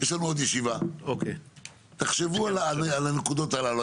יש לנו עוד ישיבה, תחשבו על הנקודות הללו.